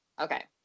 Okay